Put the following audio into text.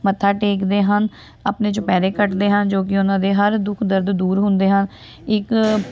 ਮੱਥਾ ਟੇਕਦੇ ਹਨ ਆਪਣੇ ਚੁਪਹਿਰੇ ਕੱਟਦੇ ਹਨ ਜੋ ਕਿ ਉਹਨਾਂ ਦੇ ਹਰ ਦੁੱਖ ਦਰਦ ਦੂਰ ਹੁੰਦੇ ਹਨ ਇੱਕ